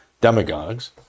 demagogues